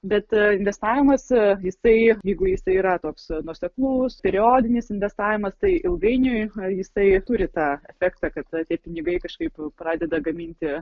bet investavimas jisai jeigu jisai yra toks nuoseklus periodinis investavimas tai ilgainiui jisai turi tą efektą kad tie pinigai kažkaip pradeda gaminti